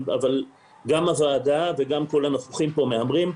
אבל גם הוועדה וגם כל הנוכחים פה מהמרים,